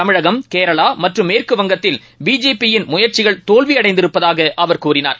தமிழகம் கேரளா மற்றும் மேற்கு வங்கத்தில் பிஜேபியின் முயற்சிகள் தோல்வியடைந்திருப்பதாகஅவர் கூறினார்